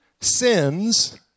sins